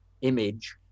image